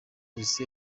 polisi